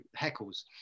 heckles